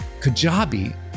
Kajabi